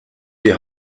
die